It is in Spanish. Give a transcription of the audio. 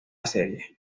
serie